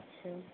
सही